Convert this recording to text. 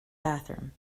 bathroom